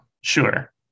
Sure